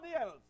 else